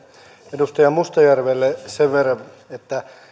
edustaja mustajärvelle sen verran että